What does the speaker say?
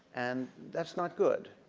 and that's not good.